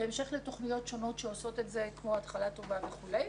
בהמשך לתוכניות שונות עושות את זה כמו התחלה טובה וכולי.